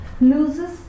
loses